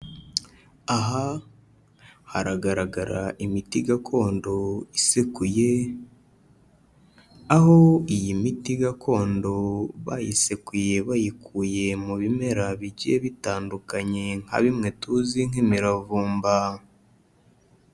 Aha haragaragara imiti gakondo isekuye, aho iyi miti gakondo bayisekuye bayikuye mu bimera bigiye bitandukanye nka bimwe tuzi nk'imiravumba.